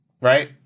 Right